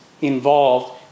involved